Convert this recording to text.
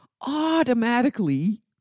automatically